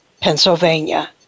Pennsylvania